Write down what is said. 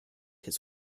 his